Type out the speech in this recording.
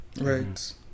Right